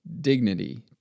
dignity